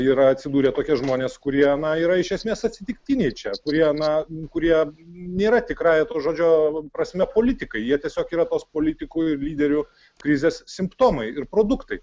yra atsidūrę tokie žmonės kurie yra iš esmės atsitiktiniai čia kurie na kurie nėra tikrąja to žodžio prasme politikai jie tiesiog yra tos politikų ir lyderių krizės simptomai ir produktai